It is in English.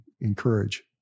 encourage